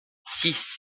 six